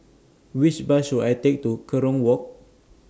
Which Bus should I Take to Kerong Walk